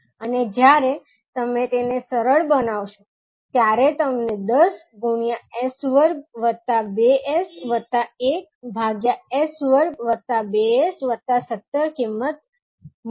અને જ્યારે તમે તેને સરળ બનાવશો ત્યારે તમને 10 ગુણ્યા s વર્ગ વત્તા 2 s વત્તા 1 ભાગ્યા s વર્ગ વત્તા 2 s વત્તા 17 કિંમત મળશે